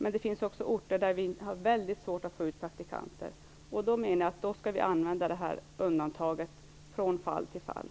Men det finns också orter där det är väldigt svårt att få ut praktikanter. Jag menar att vi skall kunna använda undantagsregeln från fall till fall.